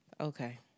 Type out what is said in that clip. Okay